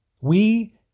We